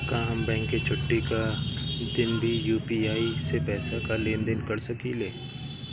का हम बैंक के छुट्टी का दिन भी यू.पी.आई से पैसे का लेनदेन कर सकीले?